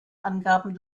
angaben